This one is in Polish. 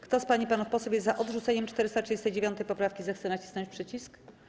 Kto z pań i panów posłów jest za odrzuceniem 439. poprawki, zechce nacisnąć przycisk.